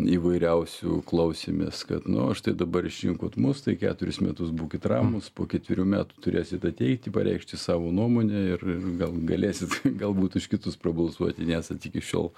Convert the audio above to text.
įvairiausių klausėmės kad nu štai dabar išrinkot mus tai keturis metus būkit ramūs po ketverių metų turėsit ateiti pareikšti savo nuomonę ir gal galėsit galbūt už kitus prabalsuoti nesat iki šiol